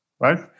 right